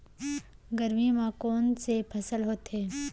गरमी मा कोन से फसल होथे?